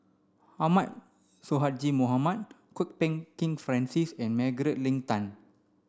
Ahmad Sonhadji Mohamad Kwok Peng Kin Francis and Margaret Leng Tan